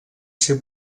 ser